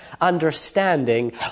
understanding